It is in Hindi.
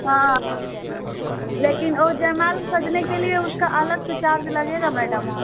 हाँ हाँ लेकिन वह जयमाल सजने के लिए उसका अलग से चार्ज लगेगा मैडम